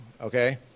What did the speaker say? okay